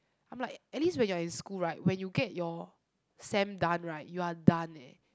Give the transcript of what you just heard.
I'm like at least when you're in school right when you get your sem done right you're done eh